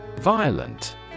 Violent